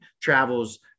travels